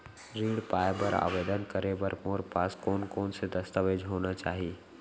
ऋण पाय बर आवेदन करे बर मोर पास कोन कोन से दस्तावेज होना चाही?